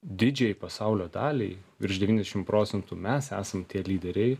didžiajai pasaulio daliai virš devyndešimt procentų mes esam tie lyderiai